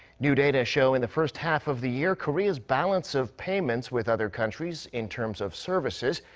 new data show in the first half of the year korea's balance of payments with other countries. in terms of services.